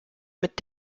mit